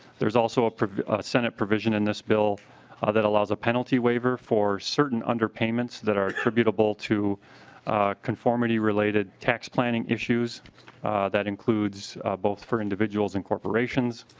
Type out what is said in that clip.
there's also a senate provision in this bill ah that allows a penalty waiver for certain underpayments that are attributable to conformity related tax planning issues that includes both for individuals and corporations.